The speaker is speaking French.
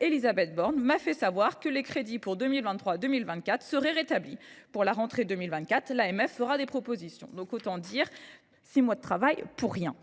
Élisabeth Borne m’a fait savoir que les crédits pour 2023/24 seraient rétablis. Pour la rentrée 2024, l’AMF fera des propositions. » Traduction : six mois de travail pour rien…